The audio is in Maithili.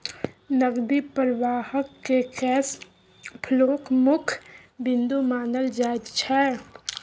नकदी प्रवाहकेँ कैश फ्लोक मुख्य बिन्दु मानल जाइत छै